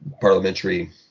parliamentary